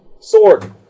sword